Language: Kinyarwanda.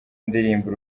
indirimbo